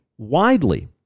Widely